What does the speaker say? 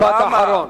משפט אחרון.